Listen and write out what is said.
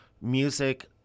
music